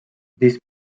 this